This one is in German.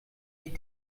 ich